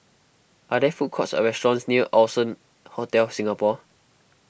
are there food courts or restaurants near Allson Hotel Singapore